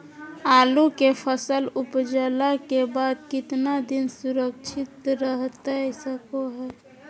आलू के फसल उपजला के बाद कितना दिन सुरक्षित रहतई सको हय?